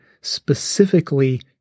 specifically